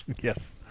Yes